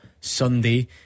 Sunday